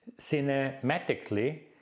cinematically